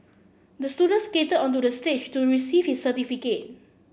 the student skated onto the stage to receive his certificate